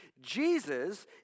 Jesus